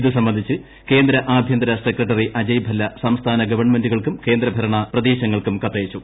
ഇത് സംബന്ധിച്ച് കേന്ദ്ര ആഭ്യന്തര സെക്രട്ടറി അജയ് ഭല്ല സംസ്ഥാന ഗവൺമെന്റുകൾക്കും കേന്ദ്രഭരണ പ്രദേശങ്ങൾക്കും കത്ത് അയച്ചു